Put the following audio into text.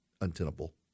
untenable